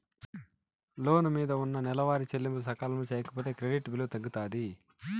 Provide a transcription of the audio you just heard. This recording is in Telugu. లోను మిందున్న నెలవారీ చెల్లింపులు సకాలంలో సేయకపోతే క్రెడిట్ విలువ తగ్గుతాది